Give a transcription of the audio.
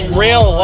real